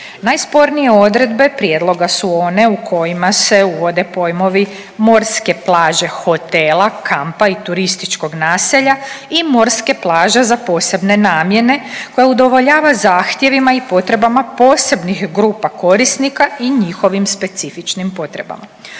Najspornije odredbe prijedloga su one u kojima se uvode pojmovi morske plaže hotela, kampa i turističkog naselja i morske plaže za posebne namjene koja udovoljava zahtjevima i potrebama posebnih grupa korisnika i njihovim specifičnim potrebama.